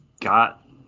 got